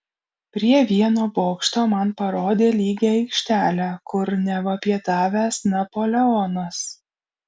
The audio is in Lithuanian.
prie vieno bokšto man parodė lygią aikštelę kur neva pietavęs napoleonas